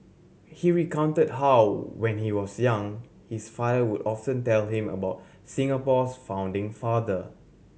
he recounted how when he was young his father would often tell him about Singapore's founding father